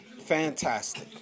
Fantastic